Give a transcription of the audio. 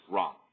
Wrong